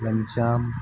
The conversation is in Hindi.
घनश्याम